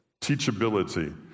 teachability